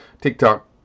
TikTok